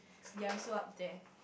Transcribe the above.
they also up there